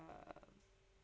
err